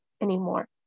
anymore